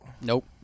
Nope